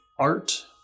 art